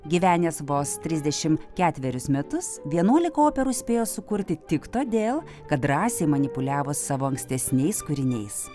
gyvenęs vos trisdešimt ketverius metus vienuolika operų spėjo sukurti tik todėl kad drąsiai manipuliavo savo ankstesniais kūriniais